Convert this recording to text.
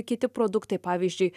kiti produktai pavyzdžiui